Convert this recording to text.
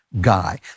guy